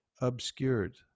Obscured